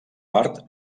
part